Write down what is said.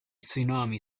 tsunami